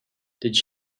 did